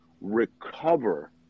recover